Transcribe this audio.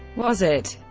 was it,